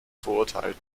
verurteilten